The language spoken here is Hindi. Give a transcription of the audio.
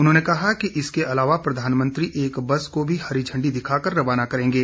उन्होंने कहा कि इसके अलावा प्रधानमंत्री एक बस को भी हरी झंडी दिखाकर रवाना करेंगे